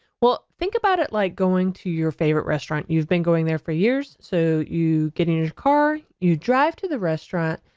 well think about it like going to your favorite restaurant, you've been going there for years so you get in your car you drive to the restaurant,